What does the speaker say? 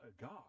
God